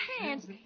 hands